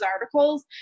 articles